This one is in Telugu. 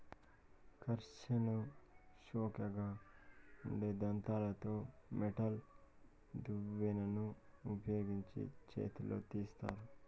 కష్మెరెను కోషిగా ఉండే దంతాలతో మెటల్ దువ్వెనను ఉపయోగించి చేతితో తీస్తారు